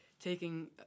Taking